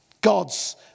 God's